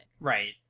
right